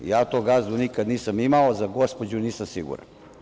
Ja tog gazdu nikad nisam imao, a za gospođu nisam siguran.